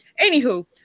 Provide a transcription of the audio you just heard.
anywho